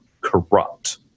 corrupt